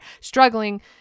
struggling